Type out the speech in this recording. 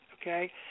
okay